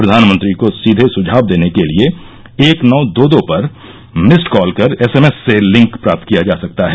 प्रधानमंत्री को सीधे सुझाव देने के लिए एक नौ दो दो पर मिस्ड कॉल कर एस एम एस से लिंक प्राप्त किया जा सकता है